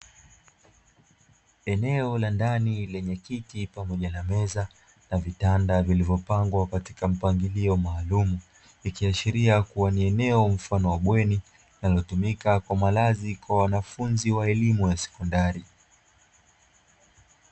Eneo la ndani lenye kiti pamoja na meza na vitanda vilivyopangwa katika mpangilio maalumu, ikiashiria kuwa ni eneo mfano wa bweni natumika kwa malazi kwa wanafunzi wa elimu ya sekondari.